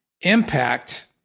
impact